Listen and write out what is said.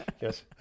Yes